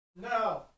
No